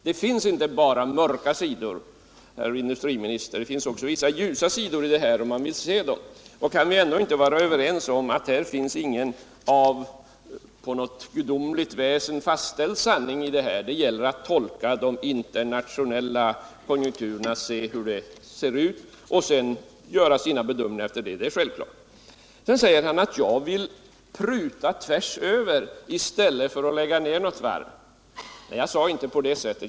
Det finns inte bara mörka sidor, herr industriminister. Det finns också ljusa sidor i detta om man vill se dem. Kan vi ändå inte vara överens om att det inte finns någon av ett gudomligt väsen framställd sanning utan att det gäller att tolka de internationella konjunkturerna och sedan göra sin bedömning därefter? Industriministern säger att jag vill ”pruta litet tvärsöver” i stället för att lägga ned något varv. Jag uttryckte mig inte så.